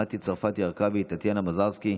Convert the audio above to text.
מטי צרפתי הרכבי, טטיאנה מזרסקי,